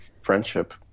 friendship